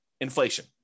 Inflation